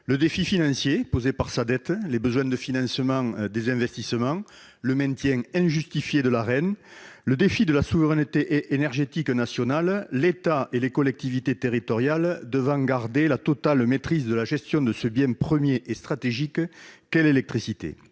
le défi financier posé par sa dette, les besoins de financement des investissements et le maintien injustifié de l'Arenh ; le défi de la souveraineté énergétique nationale, l'État et les collectivités territoriales devant garder la totale maîtrise de la gestion de ce bien premier et stratégique qu'est l'électricité.